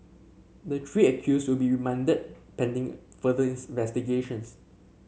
the three accused will be remanded pending further